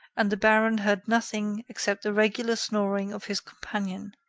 and the baron heard nothing except the regular snoring of his companion.